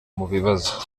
mubibazo